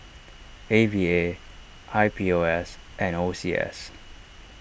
A V A I P O S and O C S